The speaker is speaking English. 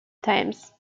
times